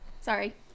Sorry